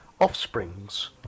offsprings